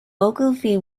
ogilvy